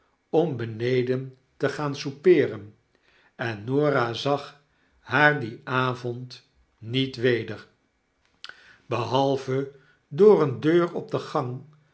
om beneden te gaan soupeeren en norah zag haar dien avond niet weder behalve door eene deur op de gang